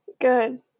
Good